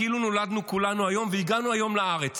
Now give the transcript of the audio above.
כאילו נולדנו כולנו היום והגענו היום לארץ,